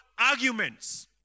arguments